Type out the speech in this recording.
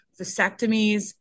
vasectomies